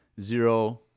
zero